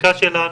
הבדיקה שלנו,